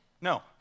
No